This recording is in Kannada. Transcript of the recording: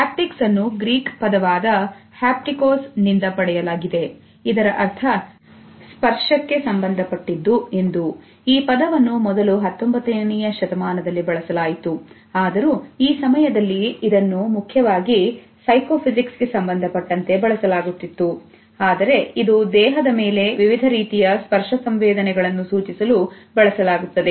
ಹ್ಯಾಪಿ ಕ್ಸ್ ಅನ್ನು ಗ್ರೀಕ್ ಪದವಾದ ಹ್ಯಾಪ್ಟಿಕೋಸ್ ಗೆ ಸಂಬಂಧಪಟ್ಟಂತೆ ಬಳಸಲಾಗುತ್ತಿತ್ತು ಆದರೆ ಇದು ದೇಹದ ಮೇಲೆ ವಿವಿಧ ರೀತಿಯ ಸ್ಪರ್ಶ ಸಂವೇದನೆಗಳನ್ನು ಸೂಚಿಸಲು ಬಳಸಲಾಗುತ್ತದೆ